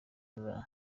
laura